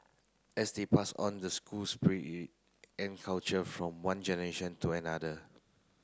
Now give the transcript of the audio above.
as they pass on the school spirit and culture from one generation to another